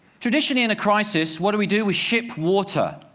traditionally, in a crisis, what do we do? we ship water.